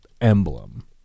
emblem